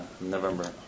November